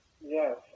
Yes